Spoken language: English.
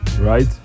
right